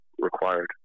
required